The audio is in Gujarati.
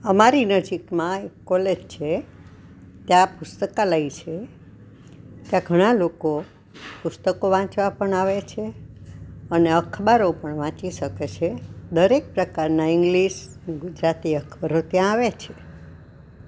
અમારી નજીકમાં એક કોલેજ છે ત્યાં પુસ્તકાલય છે ત્યાં ઘણાં લોકો પુસ્તકો વાંચવા પણ આવે છે અને અખબારો પણ વાંચી શકે છે દરેક પ્રકારના ઇંગ્લિશ ગુજરાતી અખબારો ત્યાં આવે છે